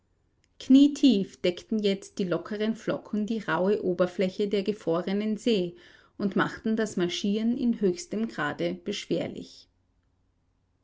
knietief deckten jetzt die lockeren flocken die rauhe oberfläche der gefrorenen see und machten das marschieren im höchsten grade beschwerlich